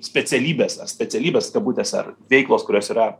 specialybės ar specialybės kabutės ar veiklos kurios yra